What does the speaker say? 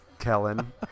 kellen